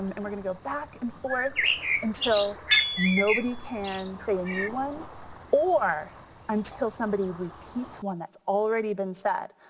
um and we're gonna go back and forth until nobody can say a new one or until somebody repeats one that's already been said.